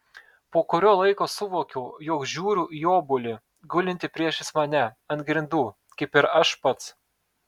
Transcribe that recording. po kurio laiko suvokiau jog žiūriu į obuolį gulintį priešais mane ant grindų kaip ir aš pats